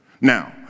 Now